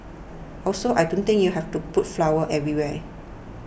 also I don't think you have to put flowers everywhere